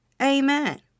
Amen